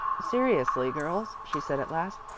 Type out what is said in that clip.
seriously, girls, she said at last,